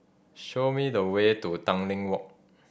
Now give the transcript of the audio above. show me the way to Tanglin Walk